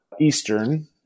Eastern